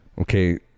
Okay